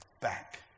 back